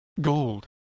gold